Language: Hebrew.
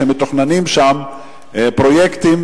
שמתוכננים שם פרויקטים,